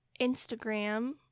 Instagram